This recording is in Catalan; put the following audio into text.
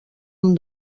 amb